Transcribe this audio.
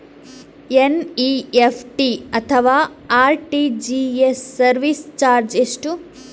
NEFT ಅಥವಾ RTGS service charge ಎಷ್ಟು?